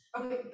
Okay